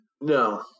No